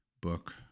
book